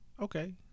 Okay